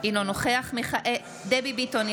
אינו נוכח דבי ביטון,